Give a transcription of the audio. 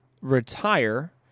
retire